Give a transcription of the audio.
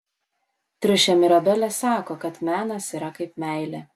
triušė mirabelė sako kad menas yra kaip meilė